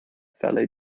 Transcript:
fellow